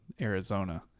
Arizona